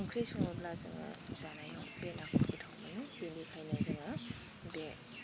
ओंख्रि सङोब्ला जोङो जानायाव बे नाखौ गोथाव मोनो बेनिखायनो जोङो बे